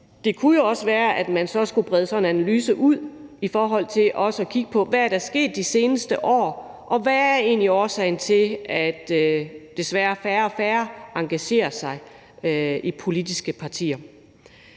også kunne være, at man så skulle brede sådan en analyse ud i forhold til også at kigge på, hvad der er sket de seneste år, og hvad årsagen egentlig er til, at færre og færre, desværre, engagerer sig i politiske partier.